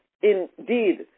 indeed